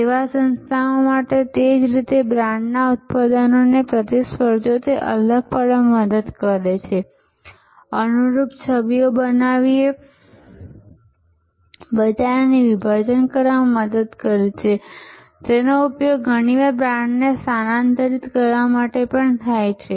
સેવા સંસ્થાઓ માટે તે જ રીતે બ્રાન્ડ ઉત્પાદનને પ્રતિસ્પર્ધીઓથી અલગ પાડવામાં મદદ કરે છે અનુરૂપ છબીઓ બનાવીને બજારને વિભાજિત કરવામાં મદદ કરે છે તેનો ઉપયોગ ઘણીવાર બ્રાન્ડને સ્થાનાંતરિત કરવા માટે પણ થાય છે